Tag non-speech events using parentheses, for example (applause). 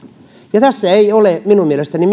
ja tässä ei ole minun mielestäni (unintelligible)